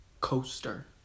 coaster